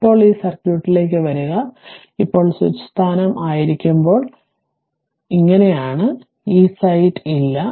ഇപ്പോൾ ഈ സർക്യൂട്ടിലേക്ക് വരിക ഇപ്പോൾ സ്വിച്ച് സ്ഥാനം ആയിരിക്കുമ്പോൾ എന്ത് കോൾ സ്വിച്ച് സ്ഥാനം ഇങ്ങനെയാണ് ഈ സൈറ്റ് ഇല്ല